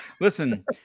Listen